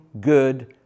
good